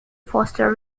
foster